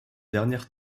dernière